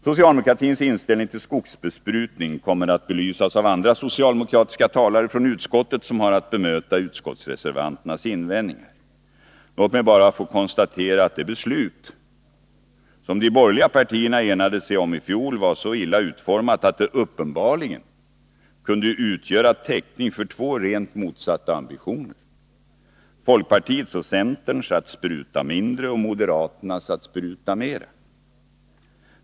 Socialdemokratins inställning till skogsbesprutning kommer att belysas av andra socialdemokratiska talare från utskottet som har att bemöta utskottsreservanternas invändningar. Låt mig bara få konstatera att det beslut som de borgerliga partierna enade sig om i fjol var så illa utformat att det uppenbarligen kunde utgöra täckning för två rent motsatta ambitioner — folkpartiets och centerns att spruta mindre, och moderaternas att spruta mera.